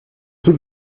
tut